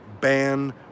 ban